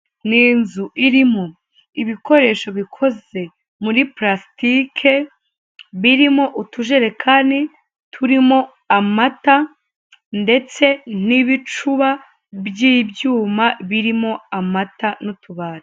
Ni inzu irimo ibikoresho bikoze muri plasitike, birimo utujerekani turimo amata ndetse n'ibicuba by'ibyuma birimo amata n'utubati.